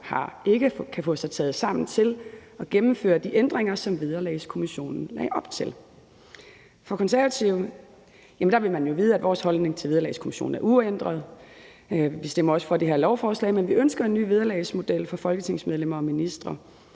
ikke kan få taget sig sammen til at gennemføre de ændringer, som Vederlagskommissionen lagde op til. Hvad angår Det Konservative Folkeparti, vil man jo vide, at vores holdning til Vederlagskommissionens forslag er uændret. Vi stemmer også for det her lovforslag, men vi ønsker en ny vederlagsmodel for folketingsmedlemmer og ministre,